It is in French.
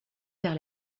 vers